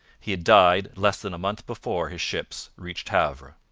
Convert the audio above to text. he had died less than a month before his ships reached havre.